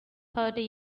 thirty